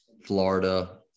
Florida